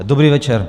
Dobrý večer.